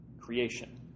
creation